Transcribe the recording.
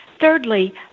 thirdly